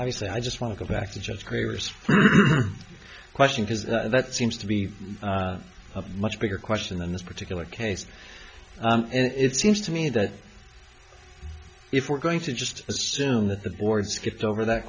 obviously i just want to go back to just grader's question because that seems to be a much bigger question than this particular case it seems to me that if we're going to just assume that the board skipped over that